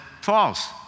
false